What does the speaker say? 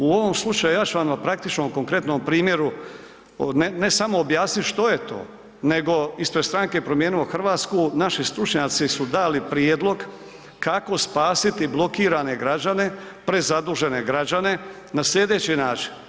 U ovom slučaju ja ću vam na praktičnom, konkretnom primjeru, ne samo objasnit što je to, nego ispred Stranke Promijenimo Hrvatsku naši stručnjaci su dali prijedlog kako spasiti blokirane građane, prezadužene građane na slijedeći način.